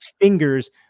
fingers